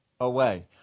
away